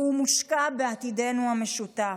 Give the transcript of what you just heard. והוא מושקע בעתידנו המשותף.